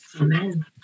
Amen